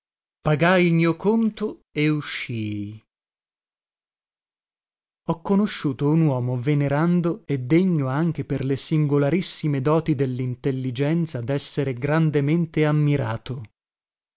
pagai il mio conto e uscii ho conosciuto un uomo venerando e degno anche per le singolarissime doti dellintelligenza dessere grandemente ammirato